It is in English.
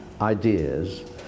ideas